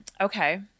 Okay